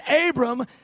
Abram